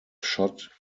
shot